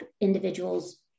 individuals